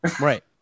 Right